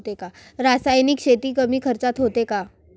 रासायनिक शेती कमी खर्चात होते का?